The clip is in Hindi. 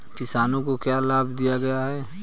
किसानों को क्या लाभ दिए गए हैं?